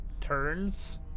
turns